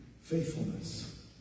Faithfulness